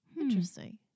Interesting